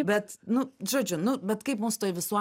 bet nu žodžiu nu bet kaip mūs toj visuo